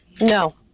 No